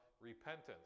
repentance